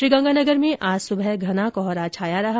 श्रीगंगानगर में आज सुबह घना कोहरा छाया रहा